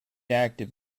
active